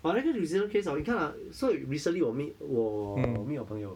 but then 那个 new zealand case hor 你看啊所以 recently 我 meet 我 meet 我朋友